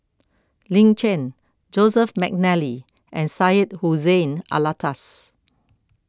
Lin Chen Joseph McNally and Syed Hussein Alatas